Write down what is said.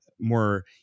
more